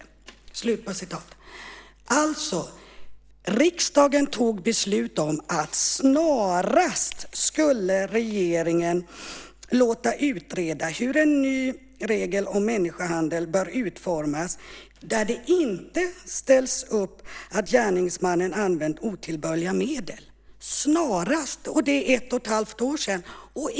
Alltså: Riksdagen fattade beslut om att regeringen snarast skulle låta utreda hur en ny regel om människohandel bör utformas där det inte ställs upp formuleringar som att gärningsmannen använt otillbörliga medel. Snarast. Det var för ett och ett halvt år sedan!